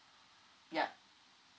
yup